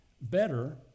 better